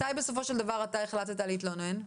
מתי בסופו של דבר החלטת להתלונן?